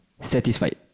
satisfied